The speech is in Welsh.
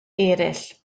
eraill